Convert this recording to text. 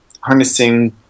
harnessing